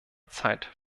zeit